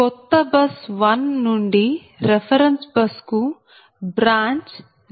కొత్త బస్ 1 నుండి reference bus కు బ్రాంచ్ Z1r 0